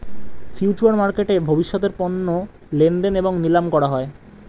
future মার্কেটে ভবিষ্যতের পণ্য লেনদেন এবং নিলাম করা হয়